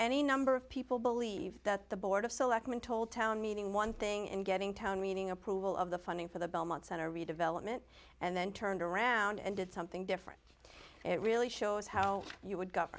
any number of people believe that the board of selectmen told town meeting one thing and getting town meaning approval of the funding for the belmont center redevelopment and then turned around and did something different it really shows how you would go